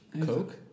Coke